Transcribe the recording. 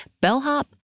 bellhop